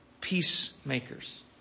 peacemakers